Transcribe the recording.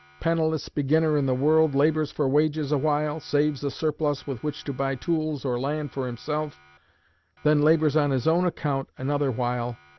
penniless beginner in the world labors for wages awhile, saves a surplus with which to buy tools or land for himself then labors on his own account another while,